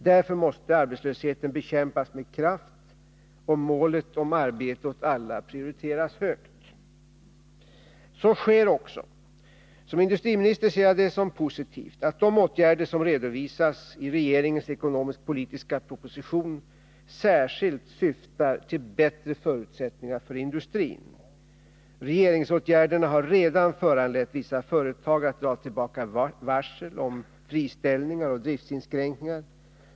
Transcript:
Därför måste arbetslösheten bekämpas med kraft och målet arbete åt alla prioriteras högt. Så sker också. Som industriminister ser jag det som positivt att de åtgärder som redovisas i regeringens ekonomisk-politiska proposition särskilt syftar till bättre förutsättningar för industrin. Regeringsåtgärderna har redan föranlett vissa företag att dra tillbaka varsel om friställningar och driftsinskränkningar.